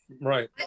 right